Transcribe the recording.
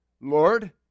Lord